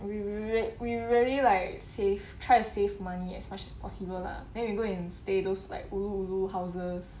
we rea~ we really like save try to save money as much as possible lah then we go and stay like those ulu ulu houses